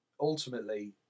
ultimately